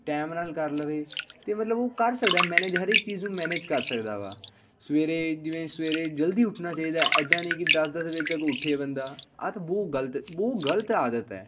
time ਨਾਲ ਕਰ ਲਵੇ ਅਤੇ ਮਤਲਬ ਉਹ ਕਰ ਸਕਦਾ ਮੈਨੇਜ ਹਰ ਇੱਕ ਚੀਜ਼ ਨੂੰ ਮੈਨੇਜ ਕਰ ਸਕਦਾ ਵਾ ਸਵੇਰੇ ਜਿਵੇਂ ਸਵੇਰੇ ਜਲਦੀ ਉੱਠਣਾ ਚਾਹੀਦਾ ਇੱਦਾਂ ਨਹੀਂ ਕਿ ਦਸ ਦਸ ਵਜੇ ਤੱਕ ਉੱਠੇ ਬੰਦਾ ਆ ਤਾਂ ਬਹੁਤ ਗਲਤ ਬਹੁਤ ਗਲਤ ਆਦਤ ਹੈ